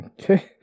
Okay